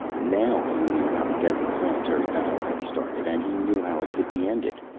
now he knew how the deadly planetary battle had started and he knew how it could be ended.